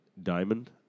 diamond